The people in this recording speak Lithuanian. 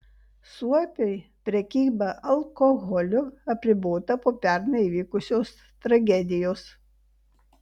suopiui prekyba alkoholiu apribota po pernai įvykusios tragedijos